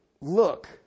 look